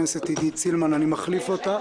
מעדכנת אתכם שכ-15 דקות --- חצי שעה.